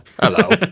hello